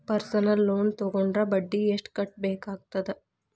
personal loan ತೊಗೊಂಡ್ರ ಬಡ್ಡಿ ಎಷ್ಟ್ ಕಟ್ಟಬೇಕಾಗತ್ತಾ